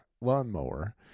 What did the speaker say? Lawnmower